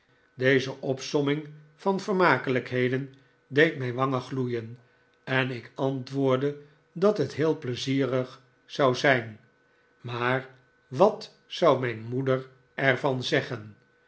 deze opsomming van vermakelijkheden deed mijn wangen gloeien en ik antwoordde dat het heel pleizierig zou zijn maar wat zou mijn moeder er van zeggen